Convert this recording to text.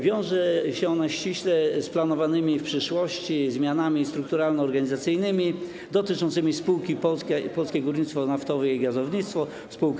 Wiąże się ona ściśle z planowanymi w przyszłości zmianami strukturalno-organizacyjnymi dotyczącymi spółki Polskie Górnictwo Naftowe i Gazownictwo SA.